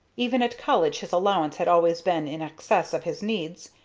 even at college his allowance had always been in excess of his needs,